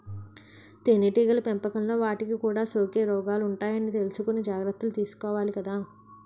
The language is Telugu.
తేనెటీగల పెంపకంలో వాటికి కూడా సోకే రోగాలుంటాయని తెలుసుకుని జాగర్తలు తీసుకోవాలి కదా